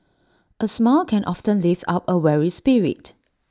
A smile can often lift up A weary spirit